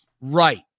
Right